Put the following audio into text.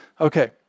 Okay